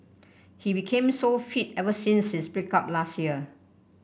he became so fit ever since his break up last year